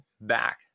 back